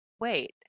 wait